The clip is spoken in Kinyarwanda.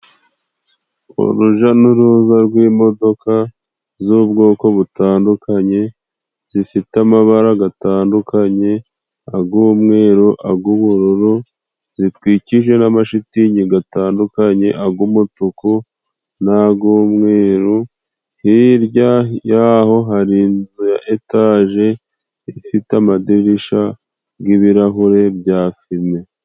Uruja n'uruza rw'imodoka z'ubwoko butandukanye, zifite amabara gatandukanye ag'umweru, ag'ubururu zitwikije n'amashitingi gatandukanye ag'umutuku n'ag'umweru, hirya y'aho hari inzu ya etaje ifite amadirisha n'ibirahure bya fime.